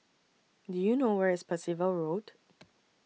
Do YOU know Where IS Percival Road